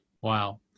Wow